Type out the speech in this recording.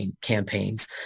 campaigns